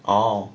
oh